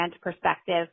perspective